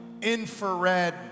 infrared